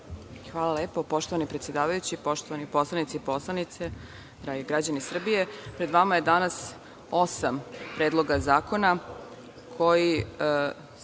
Hvala lepo. Poštovani predsedavajući, poštovani poslanici, poslanice, građani Srbije, pred vama je danas osam predloga zakona koji